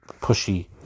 pushy